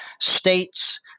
states